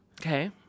Okay